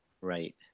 Right